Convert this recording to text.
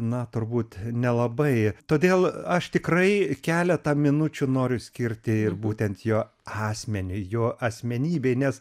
na turbūt nelabai todėl aš tikrai keletą minučių noriu skirti ir būtent jo asmeniui jo asmenybei nes